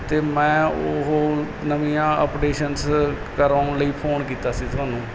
ਅਤੇ ਮੈਂ ਉਹ ਨਵੀਆਂ ਅਪਡੇਸ਼ਨਸ ਕਰਵਾਉਣ ਲਈ ਫੋਨ ਕੀਤਾ ਸੀ ਤੁਹਾਨੂੰ